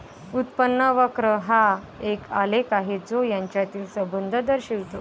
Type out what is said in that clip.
उत्पन्न वक्र हा एक आलेख आहे जो यांच्यातील संबंध दर्शवितो